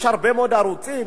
יש הרבה מאוד ערוצים,